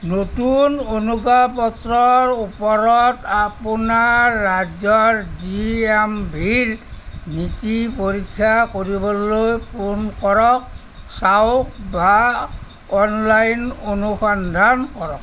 নতুন অনুজ্ঞাপত্ৰৰ ওপৰত আপোনাৰ ৰাজ্যৰ ডি এম ভিৰ নীতি পৰীক্ষা কৰিবলৈ ফোন কৰক চাওক বা অনলাইন অনুসন্ধান কৰক